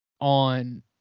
on –